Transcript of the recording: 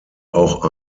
auch